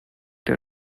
der